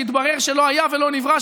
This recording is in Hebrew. שהתברר שלא היה ולא נברא,